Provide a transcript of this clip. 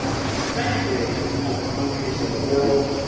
especially against other countries in the world,